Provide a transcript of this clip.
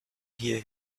here